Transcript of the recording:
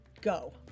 Go